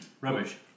Rubbish